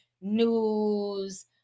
news